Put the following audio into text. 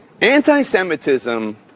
Anti-Semitism